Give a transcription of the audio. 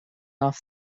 off